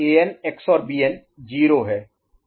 An XOR Bn 0 है